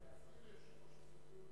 אולי צריך